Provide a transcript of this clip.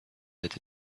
that